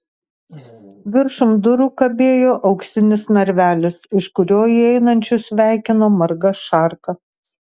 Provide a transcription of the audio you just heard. viršum durų kabėjo auksinis narvelis iš kurio įeinančius sveikino marga šarka